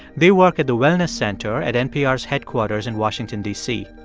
they work at the wellness center at npr's headquarters in washington, d c.